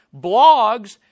blogs